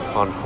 on